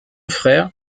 frère